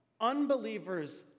unbelievers